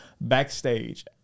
backstage